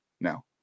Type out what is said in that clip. No